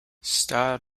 star